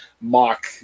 mock